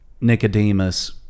nicodemus